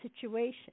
situation